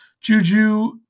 Juju